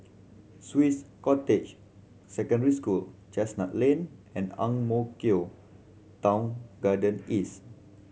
Swiss Cottage Secondary School Chestnut Lane and Ang Mo Kio Town Garden East